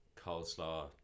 coleslaw